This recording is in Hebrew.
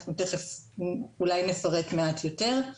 אנחנו תיכף אולי נפרט מעט יותר.